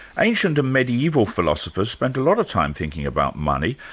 ancient mediaeval philosophers spent a lot of time thinking about money,